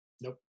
Nope